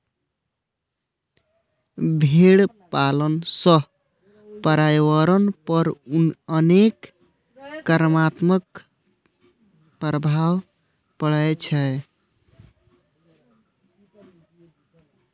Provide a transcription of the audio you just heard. भेड़ पालन सं पर्यावरण पर अनेक नकारात्मक प्रभाव पड़ै छै